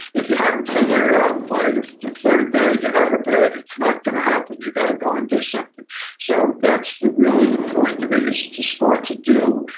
if you haven't figured it out by the the third day, get out of bed. it's not going to happen. you got to go and do something so that's really the point of it, is to start to do,